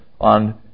on